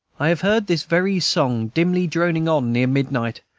i have heard this very song dimly droning on near midnight,